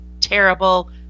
terrible